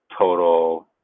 total